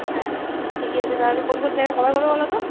হ্যাঁ ঠিকই আছে তাহলে কোন কোন জায়গা কভার করবে বল তো